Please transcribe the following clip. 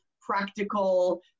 practical